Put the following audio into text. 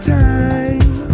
time